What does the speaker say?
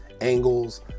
angles